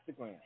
Instagram